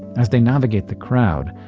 as they navigate the crowd,